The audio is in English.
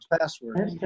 password